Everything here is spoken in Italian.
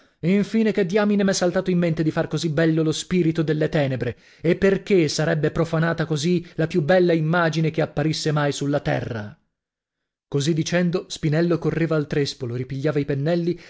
infine che diamine m'è saltato in mente di far così bello lo spirito delle tenebre e perchè sarebbe profanata così la più bella immagine che apparisse mai sulla terra così dicendo spinello correva al trèspolo ripigliava i pennelli